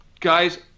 guys